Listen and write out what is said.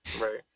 right